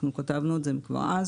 אנחנו כתבנו את זה כבר אז,